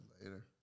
Later